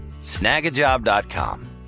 snagajob.com